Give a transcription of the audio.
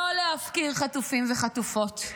לא להפקיר חטופים וחטופות,